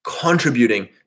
contributing